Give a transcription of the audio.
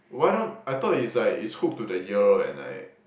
why don't I thought it's like it's hooked to the ear and like